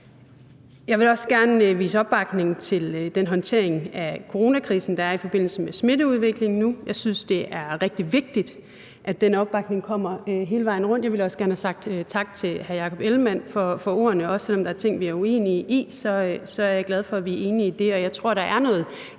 Jeg vil også gerne udtrykke opbakning til den håndtering af coronakrisen, der er i forbindelse med smitteudviklingen nu. Jeg synes, det er rigtig vigtigt, at den opbakning kommer hele vejen rundt. Jeg ville også gerne have sagt tak til hr. Jakob Ellemann-Jensen for ordene – selv om der er ting, vi er uenige om, er jeg glad for, at vi er enige om det.